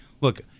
look